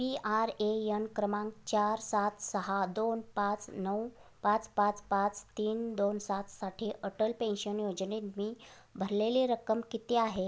P R A N क्रमांक चार सात सहा दोन पाच नऊ पाच पाच पाच तीन दोन सातसाठी अटल पेन्शन योजनेत मी भरलेली रक्कम किती आहे